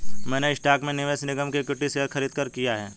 मैंने स्टॉक में निवेश निगम के इक्विटी शेयर खरीदकर किया है